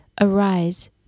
Arise